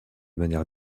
manière